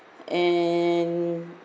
and